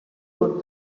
would